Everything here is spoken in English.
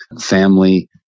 family